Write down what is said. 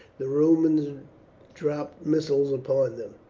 the romans dropped missiles upon them.